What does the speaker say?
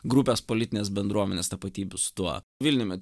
grupės politinės bendruomenės tapatybių su tuo vilniumi